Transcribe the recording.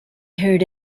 heard